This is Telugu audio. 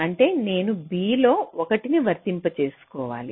అంటే నేను b లో 1 ని వర్తింప చేసుకోవాలి